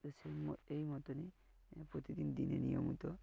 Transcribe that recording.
তো সেই এই মতনই প্রতিদিন দিনে নিয়মিত